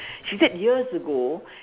she said years ago